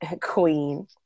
queen